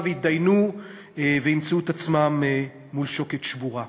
יתדיינו וימצאו את עצמם מול שוקת שבורה.